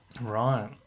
Right